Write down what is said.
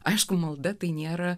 aišku malda tai nėra